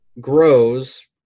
grows